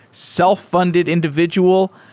self-funded individual?